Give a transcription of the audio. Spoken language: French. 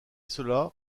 cela